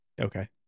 Okay